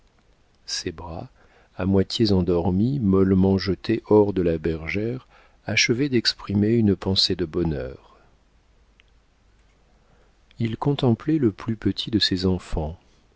ses bras à moitié endormis mollement jetés hors de la bergère achevaient d'exprimer une pensée de bonheur il contemplait le plus petit de ses enfants